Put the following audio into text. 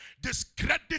discredit